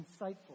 insightful